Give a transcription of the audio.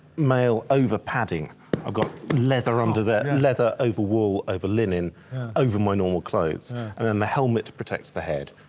mail over padding i've got leather under there, leather over wool over linen over my normal clothes and then the helmet protects the head.